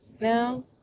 now